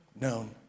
known